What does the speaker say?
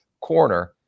corner